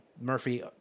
Murphy